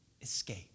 escape